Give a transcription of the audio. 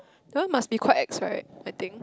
that one must be quite ex right I think